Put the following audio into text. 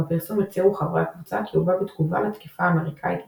בפרסום הצהירו חברי הקבוצה כי הוא בא בתגובה לתקיפה האמריקאית בסוריה.